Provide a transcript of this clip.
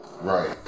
Right